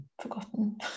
forgotten